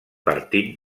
partit